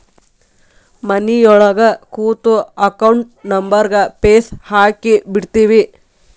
ಮನಿಯೊಳಗ ಕೂತು ಅಕೌಂಟ್ ನಂಬರ್ಗ್ ಫೇಸ್ ಹಾಕಿಬಿಡ್ತಿವಿ